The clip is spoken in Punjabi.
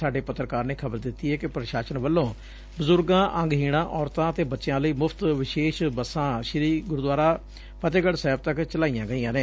ਸਾਡੇ ਪੱਤਰਕਾਰ ਨੇ ਖ਼ਬਰ ਦਿਤੀ ਏ ਕਿ ਪੁਸ਼ਾਸਨ ਵੱਲੋ ਬਜੁਰਗਾ ਅੰਗਹੀਣਾਂ ਔਰਤਾਂ ਅਤੇ ਬੱਚਿਆਂ ਲਈ ਮੁਫ਼ਤ ਵਿਸੇਸ ਬੱਸਾਂ ਗੁਰਦੁਆਰਾ ਸ੍ਰੀ ਫਤਹਿਗੜ ਸਾਹਿਬ ਤੱਕ ਚਲਾਈਆਂ ਗਈਆਂ ਨੇ